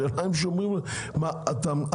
השאלה אם שומרים על הזכויות שלך.